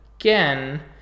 again